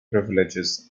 privileges